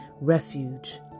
refuge